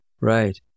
Right